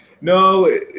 No